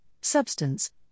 substance